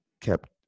kept